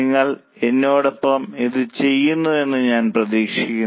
നിങ്ങൾ എന്നോടൊപ്പം ഇത് ചെയ്യുന്നുവെന്ന് ഞാൻ പ്രതീക്ഷിക്കുന്നു